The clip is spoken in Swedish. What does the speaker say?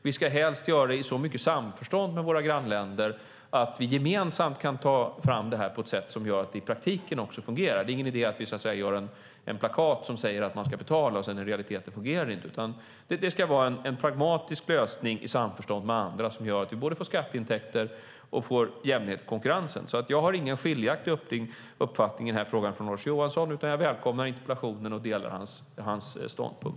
Vi ska helst göra det i samförstånd med våra grannländer så att vi gemensamt kan arbeta fram detta så att det fungerar i praktiken. Det är ingen idé att göra ett plakat som säger att man ska betala, och sedan fungerar det inte i realiteten. Det ska vara en pragmatisk lösning i samförstånd med andra som gör att vi både får skatteintäkter och jämlikhet i konkurrensen. Jag har ingen annan uppfattning än Lars Johansson i den här frågan. Jag välkomnar interpellationen och delar hans ståndpunkt.